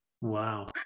Wow